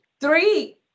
Three